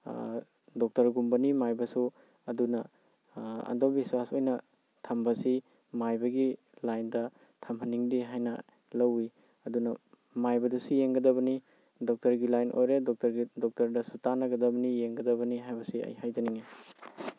ꯗꯣꯛꯇꯔꯒꯨꯝꯕꯅꯤ ꯃꯥꯏꯕꯁꯨ ꯑꯗꯨꯅ ꯑꯟꯗꯕꯤꯁ꯭ꯋꯥꯁ ꯑꯣꯏꯅ ꯊꯝꯕꯁꯤ ꯃꯥꯏꯕꯒꯤ ꯂꯥꯏꯟꯗ ꯊꯝꯍꯟꯅꯤꯡꯗꯦ ꯍꯥꯏꯅ ꯂꯧꯏ ꯑꯗꯨꯅ ꯃꯥꯏꯕꯗꯁꯨ ꯌꯦꯡꯒꯗꯕꯅꯤ ꯗꯣꯛꯇꯔꯒꯤ ꯂꯥꯏꯟ ꯑꯣꯏꯔꯦ ꯗꯣꯛꯇꯔꯗ ꯗꯣꯛꯇꯔꯗꯁꯨ ꯇꯥꯟꯅꯒꯗꯕꯅꯤ ꯌꯦꯡꯒꯗꯕꯅꯤ ꯍꯥꯏꯕꯁꯤ ꯑꯩ ꯍꯥꯏꯖꯅꯤꯡꯏ